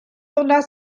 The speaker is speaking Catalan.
donar